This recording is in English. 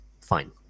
fine